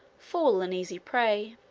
fall an easy prey.